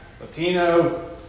Latino